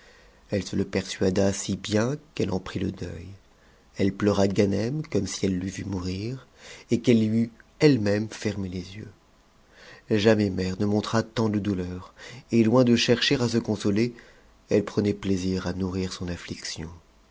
elle se le persuada si bien qu'elle en prit le deuil elle pleura ganem comme si eue t'eût vu mourir et qu'elle lui eût elle-même fermé les yeux jamais mtère ne montra tant de douleur et loin de chercher à se consoler elle prenait plaisir à nourrir son